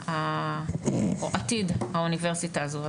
או עתיד האוניברסיטה הזו.